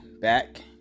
back